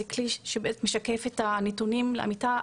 זה כלי שבאמת משקף את הנתונים לאמיתה,